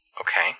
Okay